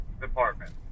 department